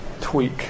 tweak